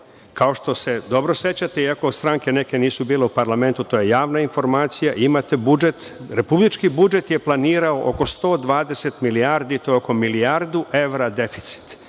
kao što se dobro sećate i ako stranke neke nisu bile u parlamentu, to je javna informacija, imate budžet. Republički budžet je planirao oko 120 milijardi, to je oko milijardu evra deficit.